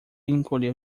encolheu